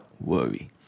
Worry